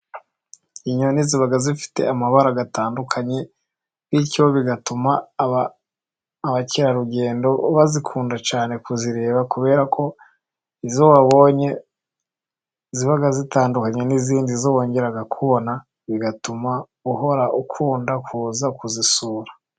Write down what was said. Inyoni ziba zifite amabara atandukanye. Bityo bigatuma abakerarugendo bazikunda cyane kuzireba, kubera ko izo wabonye ziba zitandukanye n'izindi zo wongera kubona, bigatuma uhora ukunda kuza kuzisura.